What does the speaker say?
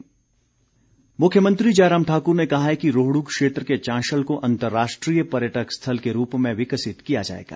मुख्यमंत्री मुख्यमंत्री जयराम ठाकुर ने कहा है कि रोहडू क्षेत्र के चांशल को अंतर्राष्ट्रीय पर्यटक स्थल के रूप में विकसित किया जाएगा